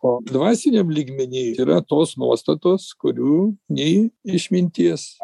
o dvasiniam lygmeny yra tos nuostatos kurių nei išminties